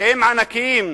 שהם ענקיים,